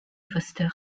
foster